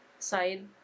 Side